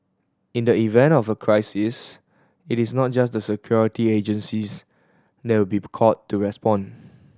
in the event of a crisis it is not just the security agencies that will be called to respond